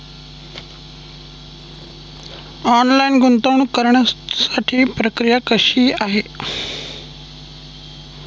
Online गुंतवणूक करण्यासाठी प्रक्रिया कशी आहे?